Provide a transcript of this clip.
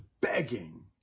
begging